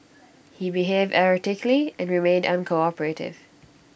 he behaved erratically and remained uncooperative